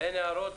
הערות.